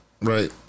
Right